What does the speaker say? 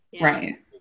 Right